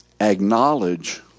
acknowledge